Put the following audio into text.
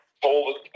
told